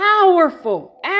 powerful